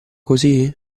così